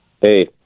Hey